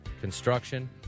Construction